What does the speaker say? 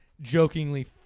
jokingly